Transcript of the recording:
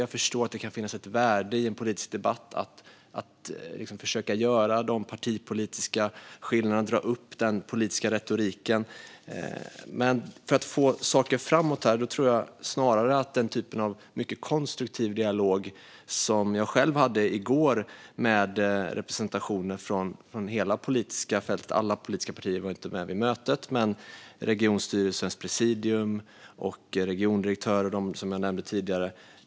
Jag förstår att det kan finnas ett värde i en politisk debatt att försöka ta fram de partipolitiska skillnaderna och dra fram den politiska retoriken. För att få saker att gå framåt är det snarare fråga om en konstruktiv dialog, som jag själv hade i går med representanter från hela det politiska fältet. Alla politiska partier var inte med vid mötet, utan det var regionstyrelsens presidium, regiondirektören och de jag har nämnt tidigare.